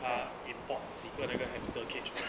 她 import 几个那个 hamster cage !whoa!